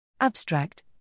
Abstract